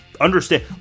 understand